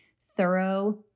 thorough